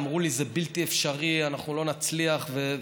אמרו לי: זה בלתי אפשרי, אנחנו לא נצליח והכול,